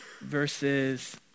verses